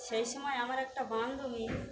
সেই সময় আমার একটা বান্ধবী